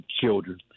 children